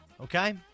Okay